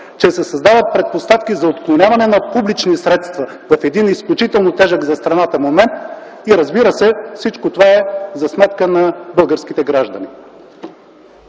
че се създават предпоставки за отклоняване на публични средства в един изключително тежък за страната момент. И, разбира се, всичко това е за сметка на българските граждани.